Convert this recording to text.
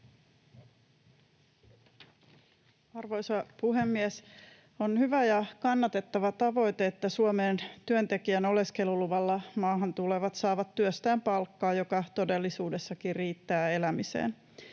Arvoisa puhemies! On hyvä ja kannatettava tavoite, että Suomeen työntekijän oleskeluluvalla maahan tulevat saavat työstään palkkaa, joka todellisuudessakin riittää elämiseen.